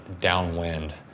downwind